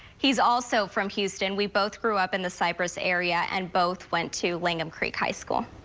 he's also from houston. we both grew up in the cypress area and both went to langham creek high school.